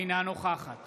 אינה נוכחת